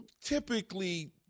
Typically